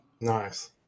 Nice